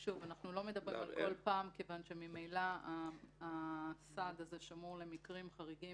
אנחנו לא מדברים על כל פעם כי ממילא הסעד הזה שמור למקרים חריגים